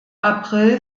april